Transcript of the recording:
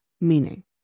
meaning